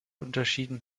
unterschieden